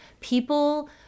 people